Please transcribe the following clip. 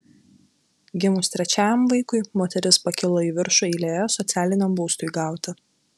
gimus trečiajam vaikui moteris pakilo į viršų eilėje socialiniam būstui gauti